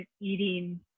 eating